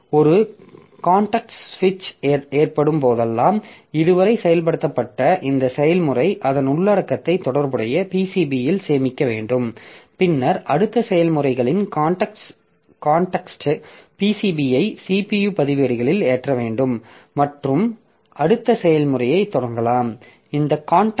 ஒரு காண்டெக்ஸ்ட் சுவிட்ச் ஏற்படும் போதெல்லாம் இதுவரை செயல்படுத்தப்பட்ட இந்த செயல்முறை அதன் உள்ளடக்கத்தை தொடர்புடைய PCBயில் சேமிக்க வேண்டும் பின்னர் அடுத்த செயல்முறைகளின் காண்டெக்ஸ்ட் PCBயை CPU பதிவேடுகளில் ஏற்ற வேண்டும் மற்றும் அடுத்த செயல்முறையைத் தொடங்கலாம்